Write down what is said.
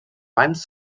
banys